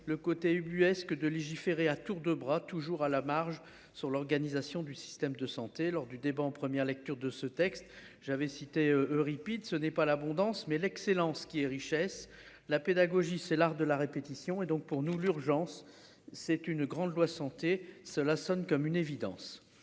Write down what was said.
le côté ubuesque de légiférer à tour de bras, toujours à la marge sur l'organisation du système de santé, lors du débat en première lecture de ce texte j'avais cité Euripide. Ce n'est pas l'abondance. Mais l'excellence qui est richesse la pédagogie c'est l'art de la répétition et donc pour nous, l'urgence c'est une grande loi santé cela sonne comme une évidence.